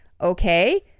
Okay